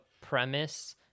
premise